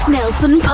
Nelson